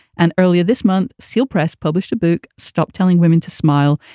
and earlier this month, ceil press published a book stop telling women to smile,